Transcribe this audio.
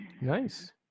Nice